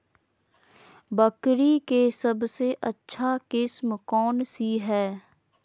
बकरी के सबसे अच्छा किस्म कौन सी है?